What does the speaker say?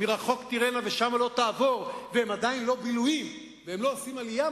"מרחוק תראנה ושמה לא תעבור" והם עדיין לא ביל"ויים והם לא עושים עלייה,